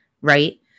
right